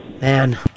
Man